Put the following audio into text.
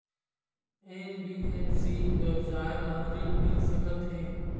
NBFC व्यवसाय मा ऋण मिल सकत हे